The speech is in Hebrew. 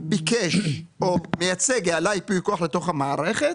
ביקש או מייצג העלה ייפוי כוח לתוך המערכת,